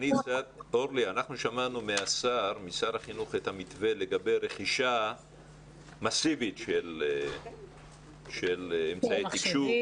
אנחנו שמענו משר החינוך את המתווה לגבי רכישה מאסיבית של אמצעי תקשוב.